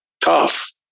tough